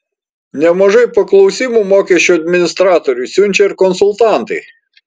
nemažai paklausimų mokesčių administratoriui siunčia ir konsultantai